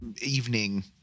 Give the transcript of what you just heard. evening